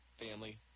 family